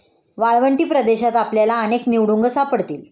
वाळवंटी प्रदेशात आपल्याला अनेक निवडुंग सापडतील